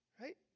right